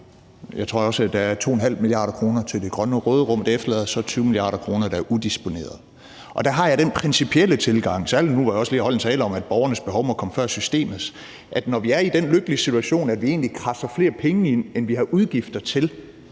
Jeg tror også, der er 2,5 mia. kr. til det grønne råderum. Det efterlader så 20 mia. kr., der er udisponerede. Der har jeg den principielle tilgang – særlig nu, hvor jeg også lige har holdt en tale om, at borgernes behov må komme før systemets – at når vi er i den lykkelige situation, at vi egentlig kradser flere penge ind, end vi har udgifter til,